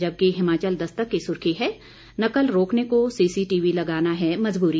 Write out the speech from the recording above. जबकि हिमाचल दस्तक की सुर्खी है नकल रोकने को सीसी टीवी लगाना है मजबूरी